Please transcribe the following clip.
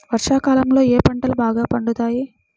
వర్షాకాలంలో ఏ పంటలు బాగా పండుతాయి?